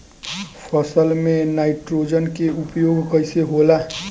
फसल में नाइट्रोजन के उपयोग कइसे होला?